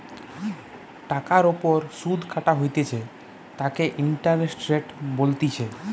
টাকার ওপর সুধ কাটা হইতেছে তাকে ইন্টারেস্ট রেট বলতিছে